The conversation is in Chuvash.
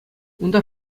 унта